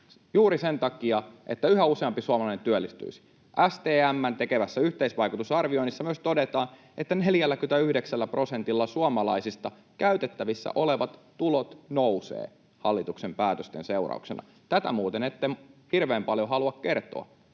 juuri sen takia, että yhä useampi suomalainen työllistyisi. STM:n tekemässä yhteisvaikutusarvioinnissa myös todetaan, että 49 prosentilla suomalaisista käytettävissä olevat tulot nousevat hallituksen päätösten seurauksena. Tätä muuten ette hirveän paljon halua kertoa.